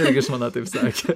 irgi žmona taip sakė